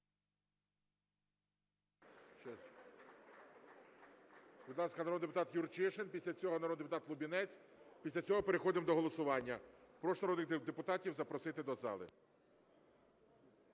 Будь ласка, народний депутат Юрчишин. Після цього народний депутат Лубінець, після цього переходимо до голосування. Прошу народних депутатів запросити до зали.